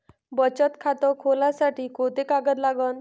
बचत खात खोलासाठी कोंते कागद लागन?